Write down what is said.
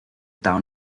town